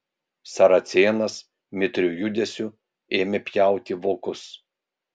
saracėnas mitriu judesiu ėmė pjauti vokus